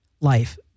life